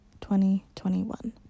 2021